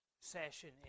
session